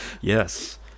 Yes